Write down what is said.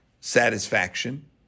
satisfaction